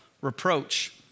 reproach